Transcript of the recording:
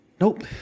Nope